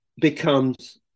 becomes